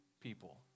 people